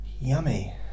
yummy